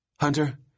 Hunter